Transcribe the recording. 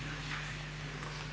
Hvala